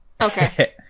Okay